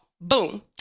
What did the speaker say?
Boom